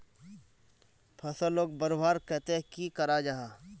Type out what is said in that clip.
फसलोक बढ़वार केते की करा जाहा?